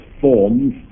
forms